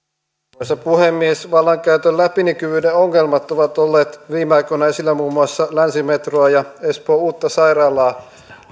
arvoisa puhemies vallankäytön läpinäkyvyyden ongelmat ovat olleet viime aikoina esillä muun muassa länsimetroa ja espoon uutta sairaalaa